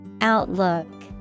Outlook